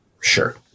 Sure